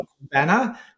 banner